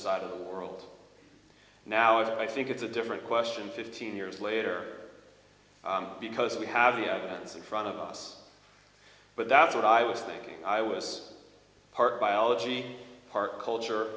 side of the world now i think it's a different question fifteen years later because we havea in front of us but that's what i was thinking i was part biology part culture